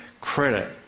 credit